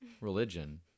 religion